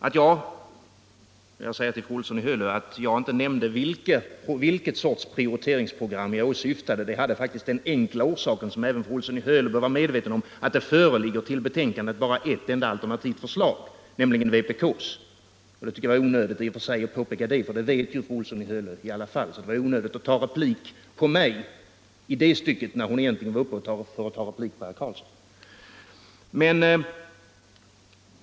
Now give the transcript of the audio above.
Att jag inte nämnde för fru Olsson i Hölö vilken sorts program jag åsyftade hade faktiskt den enkla orsaken, som även fru Olsson i Hölö bör vara medveten om, att det i betänkandet bara behandlas ett enda alternativt förslag, nämligen vpk:s. Det var alltså onödigt att påpeka detta för fru Olsson i Hölö. Det fanns heller ingen anledning att replikera mot mig i det avseendet i det genmäle som egentligen avsåg herr Persson i Karlstad.